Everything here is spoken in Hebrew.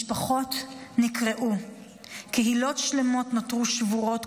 משפחות נקרעו וקהילות שלמות נותרו שבורות,